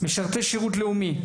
שירות לאומי,